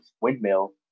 windmill